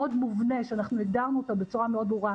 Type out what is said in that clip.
מאוד מובנה והגדרנו אותו בצורה מאוד ברורה,